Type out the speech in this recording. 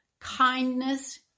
kindness